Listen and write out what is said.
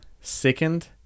Second